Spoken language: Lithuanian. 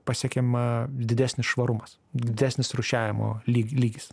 pasiekiama didesnis švarumas didesnis rūšiavimo lyg lygis